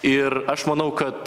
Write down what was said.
ir aš manau kad